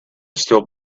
still